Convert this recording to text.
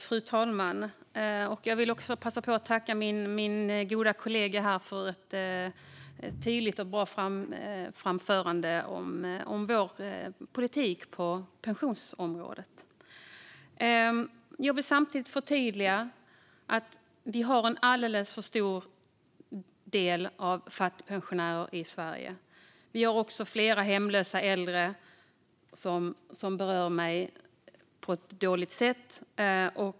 Fru talman! Jag vill passa på att tacka min goda kollega för ett tydligt och bra framförande av vår politik på pensionsområdet. Jag vill samtidigt förtydliga att vi har en alldeles för stor del fattigpensionärer i Sverige. Vi har också flera hemlösa äldre, något som berör mig på ett dåligt sätt.